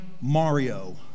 Mario